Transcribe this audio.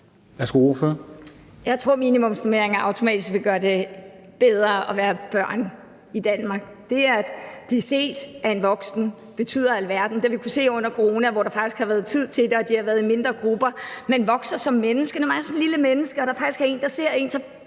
Jeg tror, at minimumsnormeringer automatisk vil gøre det bedre at være barn i Danmark. Det at blive set af en voksen betyder alverden. Det har vi kunnet se under coronaen, hvor der faktisk har været tid til dem og de har været i mindre grupper. Man vokser som menneske, som sådan et lille menneske, når der faktisk er en, der ser en; så